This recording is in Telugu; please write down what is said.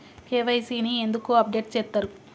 కే.వై.సీ ని ఎందుకు అప్డేట్ చేత్తరు?